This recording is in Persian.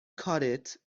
کارت